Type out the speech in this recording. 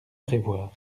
prévoir